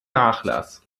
nachlass